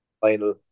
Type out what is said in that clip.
final